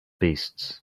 beasts